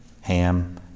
Ham